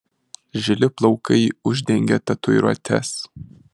žili plaukai uždengė tatuiruotes